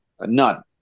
None